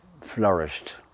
flourished